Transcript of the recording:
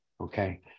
okay